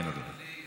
הערה, אדוני: